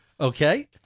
Okay